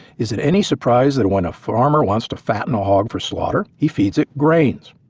is it any surprise that when a farmer wants to fatten a hog for slaughter he feeds it grains?